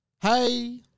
Hey